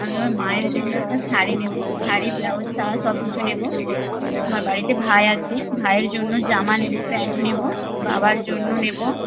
আমি আমার মায়ের জন্য একটা শাড়ি নেবো শাড়ি ব্লাউজ সায়া সব কিছু নেবো আমার বাড়িতে ভাই আছে ভাইয়ের জন্য জামা নেবো প্যান্ট নেবো বাবার জন্য নেবো